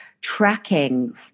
tracking